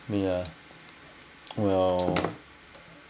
yeah while